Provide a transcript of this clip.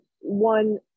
one